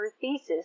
thesis